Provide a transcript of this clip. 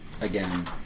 again